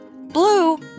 Blue